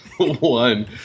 One